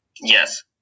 yes